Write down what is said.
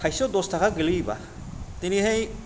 थाइसेयाव दस थाखा गोलैयोबा दिनैहाय